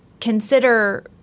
consider